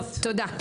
תודה,